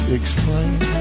explain